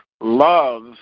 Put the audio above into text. love